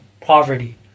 poverty